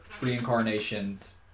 reincarnations